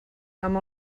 amb